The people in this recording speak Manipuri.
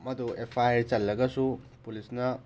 ꯃꯗꯣ ꯑꯦꯐ ꯑꯥꯏ ꯑꯥꯔ ꯆꯜꯂꯒꯁꯨ ꯄꯨꯂꯤꯁꯅ